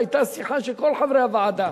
והיתה שיחה של כל חברי הוועדה.